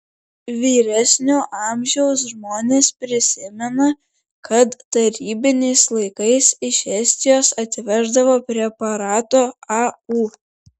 vyresnio amžiaus žmonės prisimena kad tarybiniais laikais iš estijos atveždavo preparato au